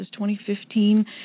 2015